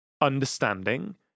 understanding